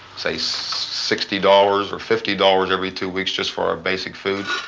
say, sixty dollars or fifty dollars every two weeks just for our basic food.